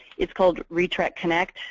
it's called re-trac connect,